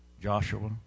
Joshua